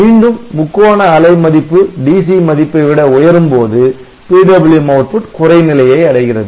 மீண்டும் முக்கோண அலை மதிப்பு DC மதிப்பைவிட உயரும்போது PWM output குறை நிலையை அடைகிறது